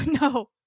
No